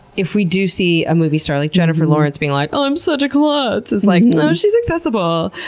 if we do see a movie star, like jennifer lawrence being like, oh, i'm such a klutz! it's like, oh, she's accessible!